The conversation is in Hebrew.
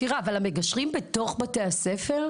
טירה, אבל המגשרים נמצאים בתוך בתי הספר?